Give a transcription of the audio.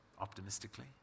optimistically